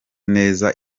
neza